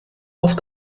auf